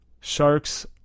sharks